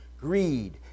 greed